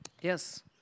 Yes